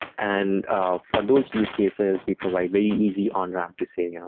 and ah for those use cases, we provide very easy on ram to say, you know